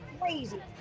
crazy